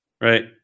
right